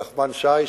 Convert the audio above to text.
נחמן שי,